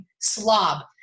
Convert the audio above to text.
slob